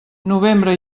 novembre